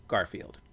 Garfield